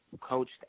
coached